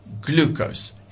glucose